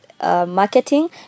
Marketing